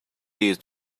days